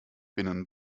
binnen